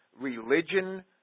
religion